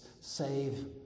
save